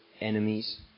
enemies